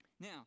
Now